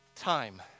Time